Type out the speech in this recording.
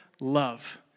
love